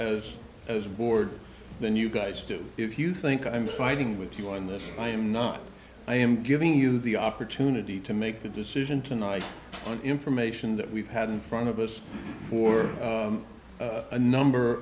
as a board than you guys do if you think i'm fighting with you on this i am not i am giving you the opportunity to make the decision tonight on information that we've had in front of us for a number